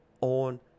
on